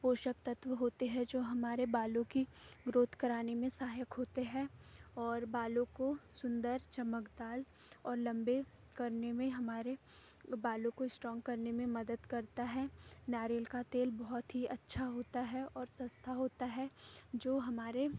पोषक तत्व होते हैं जो हमारे बालों की ग्रोथ कराने में सहायक होते हैं और बालों को सुंदर चमकदार और लंबे करने में हमारे बालों को स्ट्रॉंग करने में मदद करता है नारियल का तेल बहुत ही अच्छा होता है और सस्ता होता है जो हमारे